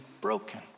broken